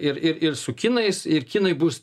ir ir ir su kinais ir kinai bus